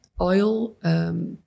Oil